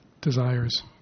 desires